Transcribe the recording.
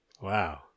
Wow